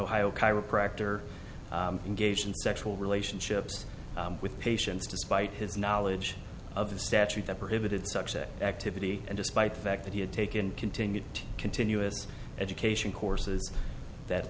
ohio chiropractor engaged in sexual relationships with patients despite his knowledge of the statute that prohibited such a activity and despite the fact that he had taken continued continuous education courses that